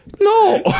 no